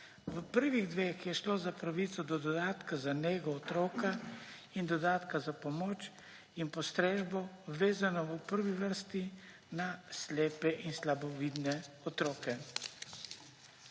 V prvih dveh je šlo za pravico do dodatka za nego otroka in dodatka za pomoč in postrežbo, vezano v prvi vrsti na slepe in slabovidne otroke.